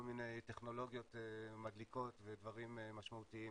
מיני טכנולוגיות מדליקות ודברים משמעותיים,